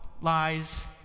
lies